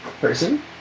person